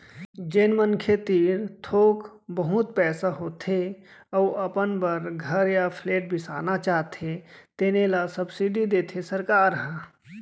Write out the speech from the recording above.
जेन मनखे तीर थोक बहुत पइसा होथे अउ अपन बर घर य फ्लेट बिसाना चाहथे तेनो ल सब्सिडी देथे सरकार ह